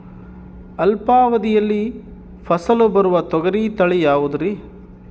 ಅಲ್ಪಾವಧಿಯಲ್ಲಿ ಫಸಲು ಬರುವ ತೊಗರಿ ತಳಿ ಯಾವುದುರಿ?